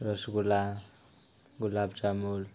rasgulla gulab jamun